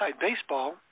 baseball